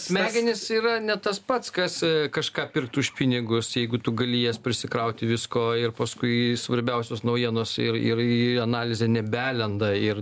smegenys yra ne tas pats kas kažką pirkt už pinigus jeigu tu gali į jas prisikrauti visko ir paskui svarbiausios naujienos ir ir į analizę nebelenda ir